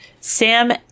Sam